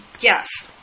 Yes